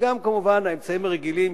גם כמובן האמצעים הרגילים,